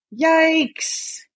Yikes